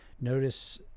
Notice